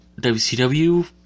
WCW